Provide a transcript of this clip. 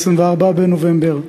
24 בנובמבר,